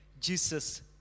Jesus